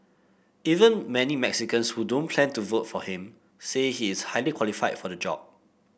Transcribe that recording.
even many Mexicans who don't plan to vote for him say he is highly qualified for the job